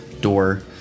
door